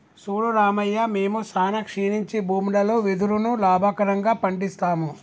సూడు రామయ్య మేము సానా క్షీణించి భూములలో వెదురును లాభకరంగా పండిస్తాము